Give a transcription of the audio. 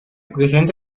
presenta